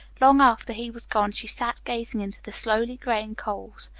long after he was gone, she sat gazing into the slowly graying coals,